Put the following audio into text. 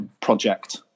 project